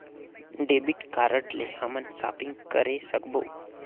Debit card ले हमन shopping करे सकबो?